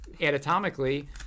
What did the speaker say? anatomically